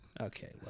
okay